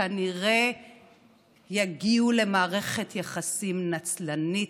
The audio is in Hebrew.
כנראה יגיעו למערכת יחסים נצלנית,